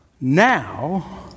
now